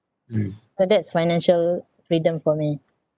so that's financial freedom for me